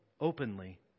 openly